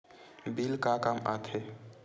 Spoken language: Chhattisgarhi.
बिल का काम आ थे?